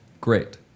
great